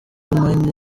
maine